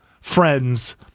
friends